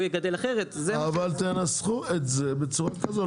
יגדל אחרת --- תנסחו את זה בצורה אחרת.